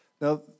Now